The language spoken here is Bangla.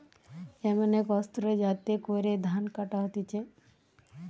এমন এক অস্ত্র যাতে করে ধান কাটা হতিছে